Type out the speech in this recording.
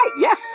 yes